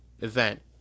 event